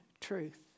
truth